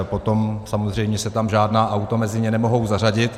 Potom samozřejmě se tam žádná auta mezi ně nemohou zařadit.